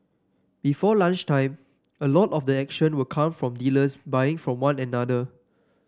before lunchtime a lot of the action will come from dealers buying from one another